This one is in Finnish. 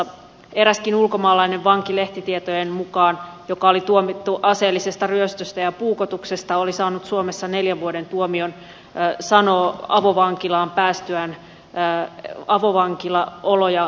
lehtitietojen mukaan eräskin ulkomaalainen vanki joka oli tuomittu aseellisesta ryöstöstä ja puukotuksesta oli saanut suomessa neljän vuoden tuomion sanoo avovankilaan päästyään avovankilaoloja täysihoitolaksi